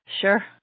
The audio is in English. Sure